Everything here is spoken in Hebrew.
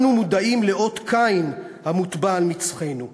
אנו מודעים לאות קין המוטבע על מצחנו.